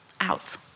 out